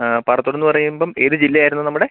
ആ പാറത്തോട് എന്ന് പറയുമ്പം ഏത് ജില്ലയായിരുന്നു നമ്മുടെ